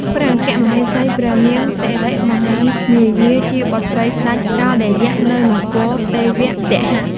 ព្រះអគ្គមហេសីព្រះនាមសិរិមហាមាយា ជាបុត្រីស្តេចកោឌយៈ នៅនគរទេវទហៈ។